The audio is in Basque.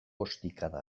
ostikada